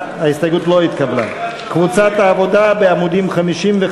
ההסתייגויות של חבר הכנסת ג'מאל זחאלקה קבוצת סיעת בל"ד לסעיף 09,